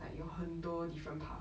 like 有很多 different path